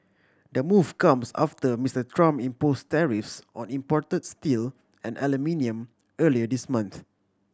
the move comes after Mister Trump impose tariffs on imported steel and aluminium earlier this month